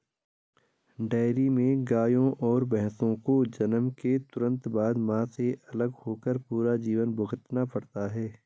dairy में गायों और भैंसों को जन्म के तुरंत बाद, मां से अलग होकर पूरा जीवन भुगतना पड़ता है